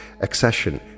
accession